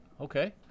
Okay